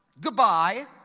Goodbye